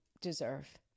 deserve